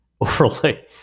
overlay